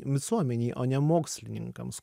visuomenei o ne mokslininkams